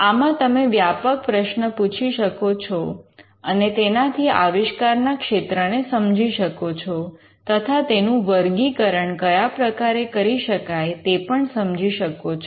આમાં તમે વ્યાપક પ્રશ્ન પૂછી શકો છો અને તેનાથી આવિષ્કાર ના ક્ષેત્રને સમજી શકો છો તથા તેનું વર્ગીકરણ કયા પ્રકારે કરી શકાય તે પણ સમજી શકો છો